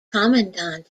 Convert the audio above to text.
commandant